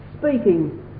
speaking